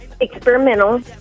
experimental